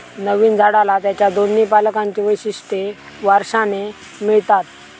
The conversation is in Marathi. नवीन झाडाला त्याच्या दोन्ही पालकांची वैशिष्ट्ये वारशाने मिळतात